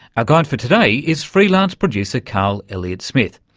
our guide for today is freelance producer carl elliott smith.